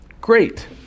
great